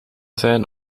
zijn